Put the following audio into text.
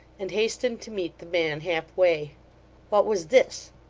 and hastened to meet the man half way what was this!